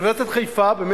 מאוניברסיטת חיפה,